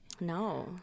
No